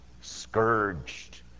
scourged